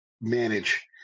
manage